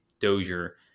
Dozier